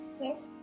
Yes